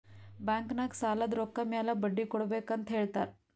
bank ನಾಗ್ ಸಾಲದ್ ರೊಕ್ಕ ಮ್ಯಾಲ ಬಡ್ಡಿ ಕೊಡ್ಬೇಕ್ ಅಂತ್ ಹೇಳ್ತಾರ್